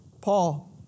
Paul